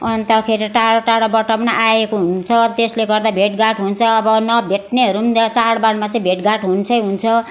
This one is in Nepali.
अन्तखेरि टाढो टाढोबाट पनि आएको हुन्छ त्यसले गर्दा भेटघाट हुन्छ अब नभेट्नेहरू त्यहाँ चाडबाडमा चाहिँ भेटघाट हुन्छै हुन्छ